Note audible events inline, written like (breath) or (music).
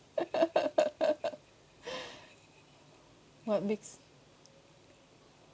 (laughs) (breath) what makes